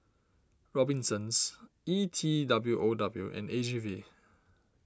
Robinsons E T W O W and A G V